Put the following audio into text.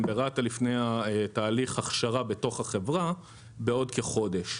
ברת"א לפני תהליך ההכשרה בתוך החברה בעוד כחודש.